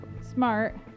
smart